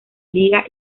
liga